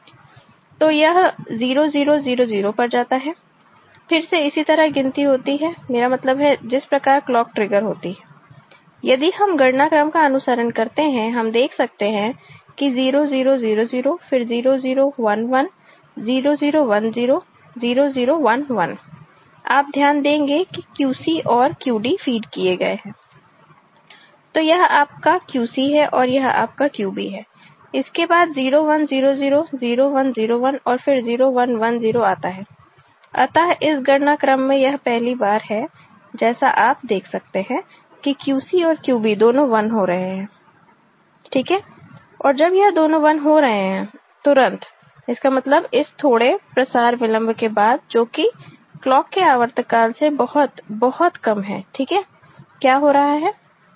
तो यह 0 0 0 0 पर जाता है फिर से इसी तरह गिनती होती है मेरा मतलब है जिस प्रकार क्लॉक ट्रिगर होती हैयदि हम गणना क्रम का अनुसरण करते हैं हम देख सकते हैं कि 0 0 0 0फिर 0 0 0 1 0 0 1 0 0 0 1 1 आप ध्यान देंगे कि QC और QD फीड किए गए हैं तो यह आपका QC है और यह आपका QB है इसके बाद 0 1 0 0 0 1 0 1 और फिर 0 1 1 0 आता है अतः इस गणना क्रम में यह पहली बार है जैसा आप देखते हैं कि QC और QB दोनों 1 हो रहे हैं ठीक है और जब यह दोनों 1 हो रहे हैं तुरंत इसका मतलब उस थोड़े प्रसार विलंब के बादजो कि क्लॉक के आवर्तकाल से बहुत बहुत कम है ठीक है क्या हो रहा है